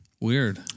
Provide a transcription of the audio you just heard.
Weird